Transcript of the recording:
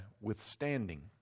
withstanding